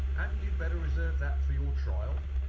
hadn't you better reserve that for your trial?